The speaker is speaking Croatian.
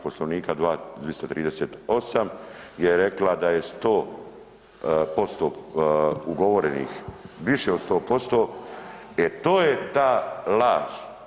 Poslovnika 238. je rekla da je 100% ugovorenih, više od 100%, e to je ta laž.